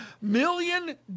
million